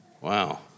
Wow